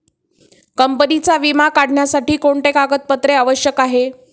कंपनीचा विमा काढण्यासाठी कोणते कागदपत्रे आवश्यक आहे?